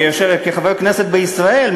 כחבר כנסת בישראל,